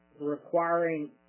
requiring